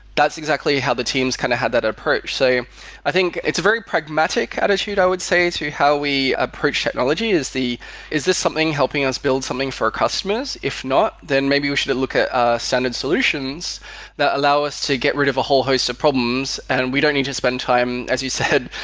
that's exactly how the teams kind of had that approach. so i think it's a very pragmatic attitude i would say to how we approach technology. is this something helping us build something for our customers? if not, then maybe we should look at ah standard solutions that allow us to get rid of a whole host of problems and we don't need to spend time, as you said,